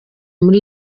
muri